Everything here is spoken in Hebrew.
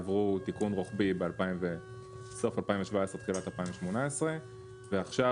עברו תיקון רוחבי בסוף 2017 תחילת 2018. ועכשיו,